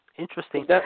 Interesting